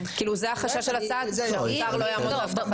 זה החשש של הצעד, שהשר לא יעמוד בהבטחתו?